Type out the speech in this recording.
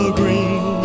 green